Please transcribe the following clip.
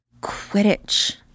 Quidditch